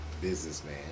businessman